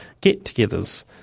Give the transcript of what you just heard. get-togethers